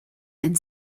and